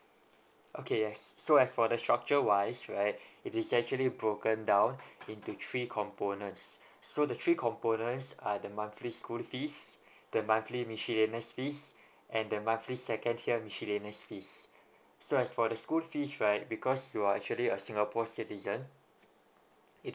okay yes so as for the structure wise right it is actually broken down into three components so the three components are the monthly school fees the monthly miscellaneous fees and the monthly second tier miscellaneous fees so as for the school fees right because you are actually a singapore citizen it is